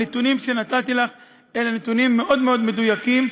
הנתונים שנתתי לך אלה נתונים מאוד מאוד מדויקים,